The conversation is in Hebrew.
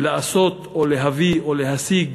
ולעשות, או להביא, או להשיג,